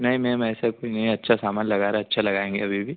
नहीं मैम ऐसा कुछ नहीं अच्छा सामान लगा रहा अच्छा लगाएंगे अभी भी